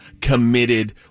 committed